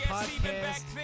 Podcast